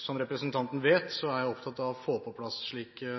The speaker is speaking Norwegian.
Som representanten vet, er jeg opptatt av å få på plass slike